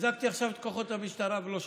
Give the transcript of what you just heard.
חיזקתי עכשיו את כוחות המשטרה ולא שמעת.